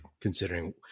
considering